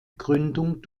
gründung